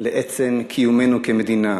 לעצם קיומנו כמדינה.